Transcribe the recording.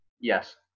Yes